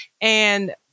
And-